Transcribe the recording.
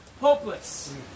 hopeless